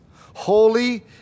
holy